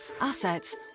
assets